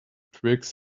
twigs